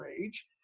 age